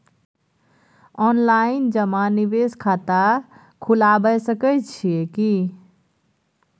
Online जमा निवेश खाता खुलाबय सकै छियै की?